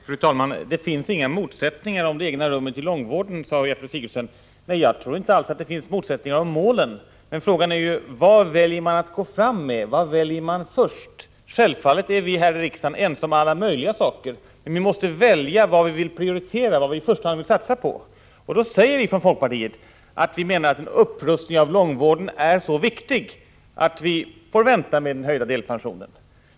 Fru talman! Det finns inga motsättningar vad gäller det egna rummet i långvården, sade Gertrud Sigurdsen. Nej, jag tror inte alls att det finns motsättningar om målen, men frågan är vad man väljer att först gå fram med. Självfallet är vi här i riksdagen ense om alla möjliga saker, men vi måste välja vad vi i första hand vill satsa på. Vi säger från folkpartiet att en upprustning av långvården är så viktig att man får vänta med en höjning av delpensionen.